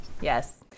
Yes